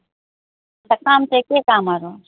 काम चाहिँ के कामहरू